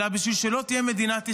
אלא בשביל שלא תהיה מדינת ישראל.